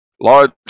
large